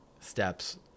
steps